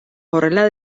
horrela